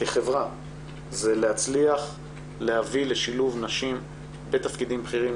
כחברה זה להצליח להביא לשילוב נשים בתפקידים בכירים,